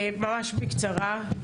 ממש בקצרה.